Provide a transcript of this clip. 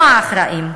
אנחנו האחראים.